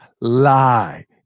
Lie